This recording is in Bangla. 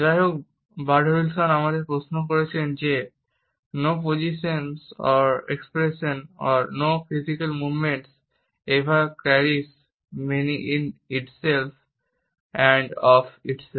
যাইহোক বার্ডউইস্টেল আমাদের প্রশ্ন করেছেন যে "no position or expression or no physical movement ever caries meaning in itself and of itself"